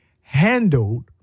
handled